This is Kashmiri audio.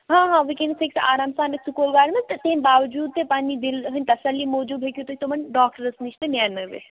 ہا ہا وٕنکٮ۪نس ہیٚکہِ سۄ آرام سان یِتھ سکوٗل گاڑِ منز تَمہِ باوٗجوٗد تہِ پَننہِ دِل ہِند تَسَلی موٗجوٗب ہیٚکو تُہۍ تِمن ڈاکٹرس نِش تہِ نیانٲوِتھ